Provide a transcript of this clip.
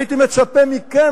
הייתי מצפה מכם,